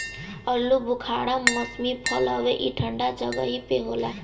आलूबुखारा मौसमी फल हवे ई ठंडा जगही पे होला